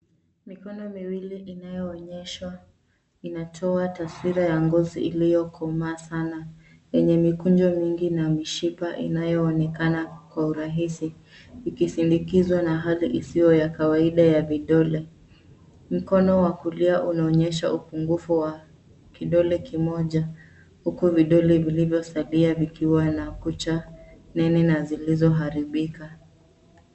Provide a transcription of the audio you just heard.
Mikono miwili inayoonyeshwa inatoa taswira ya ngozi iliyokomaa sana, yenye mikunjo mingi na mishipa inayoonekana kwa urahisi, ikisindikizwa na hali isiyo ya kawaida ya vidole. Mkono wa kulia unaonyesha upungufu wa kidole kimoja, huku vidole vilivyosalia vikiwa na kucha nene na zilizoharibika.